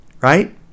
right